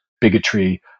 bigotry